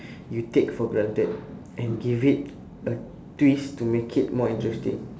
you take for granted and give it a twist to make it more interesting